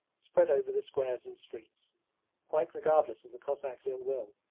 spread over the squares and streets quite regardless of the cossacks' ill will,